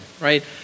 right